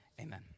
amen